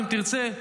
אם תרצה,